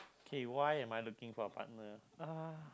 okay why am I looking for a partner ah